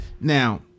now